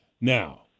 Now